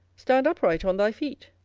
stand upright on thy feet.